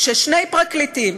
ששני פרקליטים,